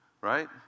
Right